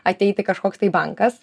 ateiti kažkoks tai bankas